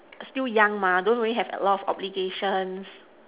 still young mah don't really have a lot of obligations